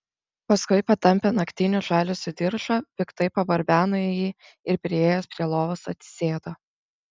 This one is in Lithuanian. paskui patampė naktinių žaliuzių diržą piktai pabarbeno į jį ir priėjęs prie lovos atsisėdo